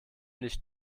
nicht